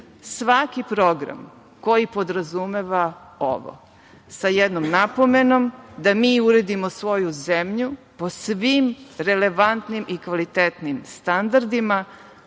svaki program koji podrazumeva ovo, sa jednom napomenom da mi uredimo svoju zemlju po svim relevantnim i kvalitetnim standardima,